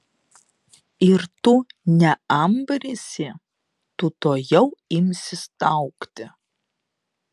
ir tu neambrysi tu tuojau imsi staugti